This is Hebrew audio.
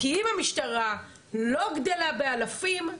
כי אם המשטרה לא גדלה באלפים,